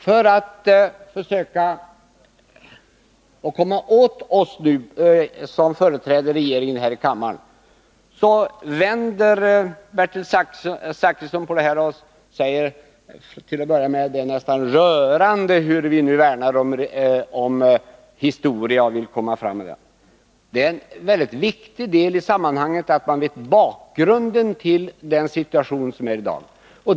För att försöka komma åt oss som företräder regeringen här i kammaren vänder Bertil Zachrisson på det hela och säger till en början att det är nästan rörande hur vi värnar om historia. Men en mycket viktig del i sammanhanget är att veta bakgrunden till den situation som råder i dag.